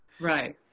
Right